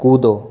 कूदो